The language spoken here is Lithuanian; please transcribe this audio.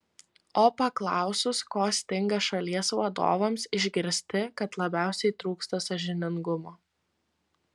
o paklausus ko stinga šalies vadovams išgirsti kad labiausiai trūksta sąžiningumo